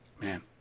man